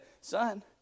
Son